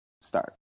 start